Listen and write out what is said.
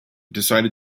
decided